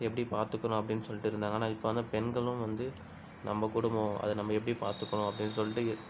எப்படி பார்த்துக்கணும் அப்படின்னு சொல்லிகிட்டு இருந்தாங்க ஆனால் இப்போ வந்து பெண்களும் வந்து நம்ம குடும்பம் அது நம்ம எப்படி பார்த்துக்கணும் அப்படின்னு சொல்லிட்டு